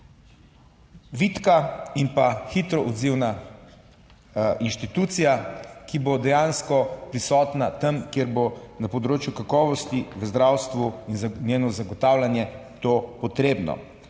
vitka in pa hitro odzivna inštitucija, ki bo dejansko prisotna tam, kjer bo na področju kakovosti v zdravstvu in za njeno zagotavljanje to potrebno.